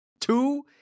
Two